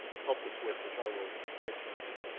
helped us with, which i will get to in a minute.